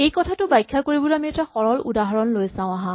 এই কথাটো ব্যাখ্যা কৰিবলৈ আমি এটা সৰল উদাহৰণ লৈ চাওঁ আহাঁ